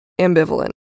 ambivalent